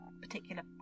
particular